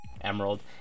Emerald